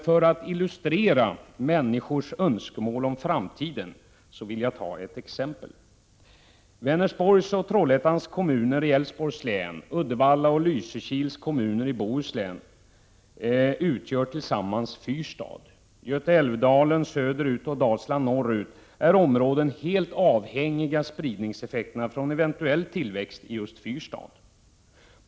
För att illustrera människors önskemål om framtiden vill jag ta ett exempel. Vänersborg och Trollhättans kommuner i Älvsborgs län samt Uddevalla och Lysekils kommuner i Bohus län utgör tillsammans Fyrstad. Götaälvdalen söderut och Dalsland norrut är områden helt avhängiga av spridningseffekterna från eventuell tillväxt i just Fyrstad.